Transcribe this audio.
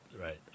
Right